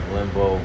Limbo